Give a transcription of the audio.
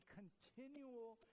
continual